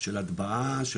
של הטבעה,